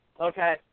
Okay